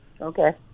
Okay